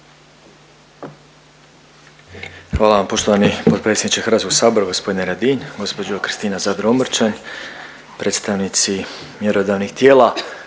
Hvala vam poštovani potpredsjedniče HS-a g. Radin, gđo Kristina Zadro Omrčen, predstavnici mjerodavnih tijela,